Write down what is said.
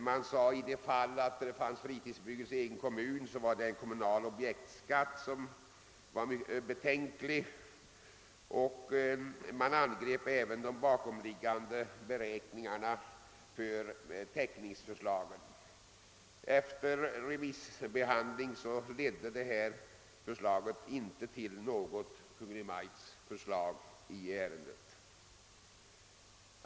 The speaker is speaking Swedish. Det sades bl.a. att då det finns fritidsbebyggelse i egen kommun blir det fråga om en kommunal objektskatt som är betänklig, och även de bakomliggande beräkningarna för täckningsförslagen angreps. — Något förslag i ärendet framlades inte av Kungl. Maj:t efter remissbehandlingen.